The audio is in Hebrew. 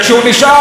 אבל אבו מאזן.